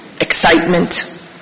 excitement